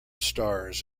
stars